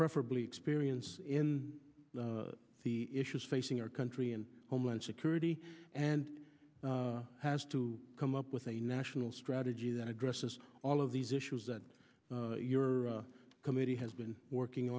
preferably experience in the issues facing our country and homeland security and has to come up with a national strategy that addresses all of these issues that your committee has been working